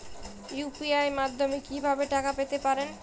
UPI মাধ্যমে কি ভাবে টাকা পেতে পারেন?